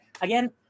again